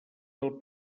del